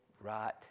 right